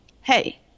hey